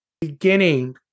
beginning